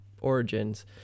origins